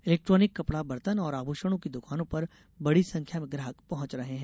electronic कपड़ा बर्तन और आभूषणों की द्वानों पर बड़ी संख्या में ग्राहक पहंच रहे हैं